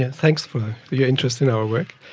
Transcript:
and thanks for your interest in our work.